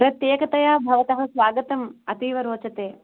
प्रत्येकतया भवतः स्वागतम् अतीव रोचते